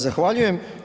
Zahvaljujem.